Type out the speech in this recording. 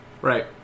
Right